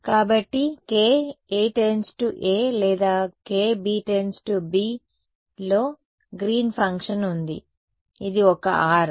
కాబట్టి KA→A లేదా KB→B లో గ్రీన్ ఫంక్షన్ ఉంది ఇది ఒక R